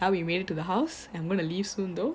now we made it to the house I'm going to leave soon though